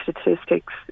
statistics